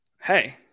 hey